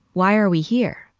why are we here?